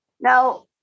Now